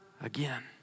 again